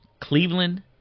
Cleveland